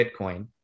Bitcoin